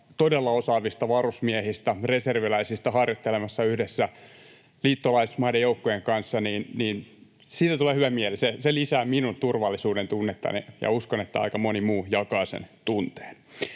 todella osaavista varusmiehistä ja reserviläisistä harjoittelemassa yhdessä liittolaismaiden joukkojen kanssa, niin siitä tulee hyvä mieli. Se lisää minun turvallisuudentunnettani, ja uskon, että aika moni muu jakaa sen tunteen.